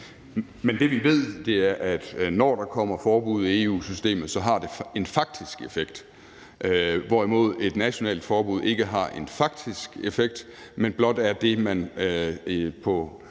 Det, vi ved, er, at når der kommer forbud i EU-systemet, så har det en faktisk effekt, hvorimod et nationalt forbud ikke har en faktisk effekt, men blot er det, man på